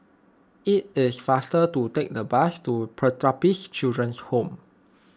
it is faster to take the bus to Pertapis Children's Home